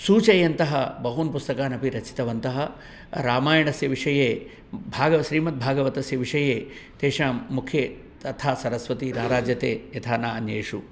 सूचयन्तः बहून् पुस्तकान् अपि रचितवन्तः रामायणस्य विषये भागव श्रीमद्भागवतस्य विषये तेषां मुखे तथा सरस्वती राराजते यथा न अन्येषु